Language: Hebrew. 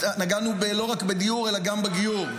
נגענו לא רק בדיור אלא גם בגיור.